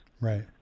Right